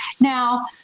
Now